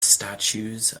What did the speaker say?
statutes